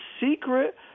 secret